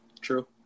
True